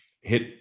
hit